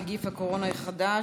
נגיף הקורונה החדש),